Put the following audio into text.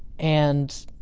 and